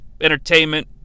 entertainment